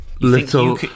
Little